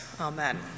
Amen